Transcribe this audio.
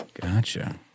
Gotcha